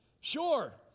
Sure